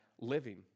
living